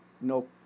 No